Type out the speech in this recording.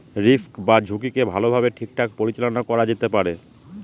risk বা ঝুঁকিকে ভালোভাবে ঠিকঠাক পরিচালনা করা যেতে পারে